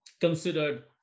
considered